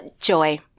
joy